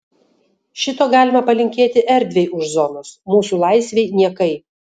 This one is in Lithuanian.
šito galima palinkėti erdvei už zonos mūsų laisvei niekai